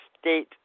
state